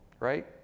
right